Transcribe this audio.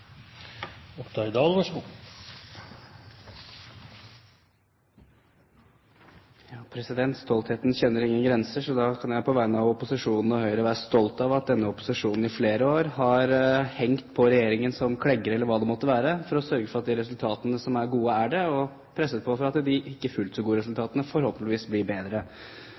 kjenner ingen grenser, så da kan jeg på vegne av opposisjonen og Høyre være stolt av at denne opposisjonen i flere år har hengt på regjeringen som klegger, eller hva det måtte være, for å sørge for at de resultatene som er gode, er det, og presset på for at de ikke fullt så gode resultatene forhåpentligvis blir bedre.